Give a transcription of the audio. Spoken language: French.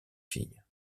fille